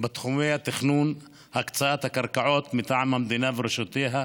בתחומי התכנון והקצאת הקרקעות מטעם המדינה ורשויותיה,